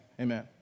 amen